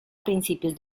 principios